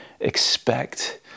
expect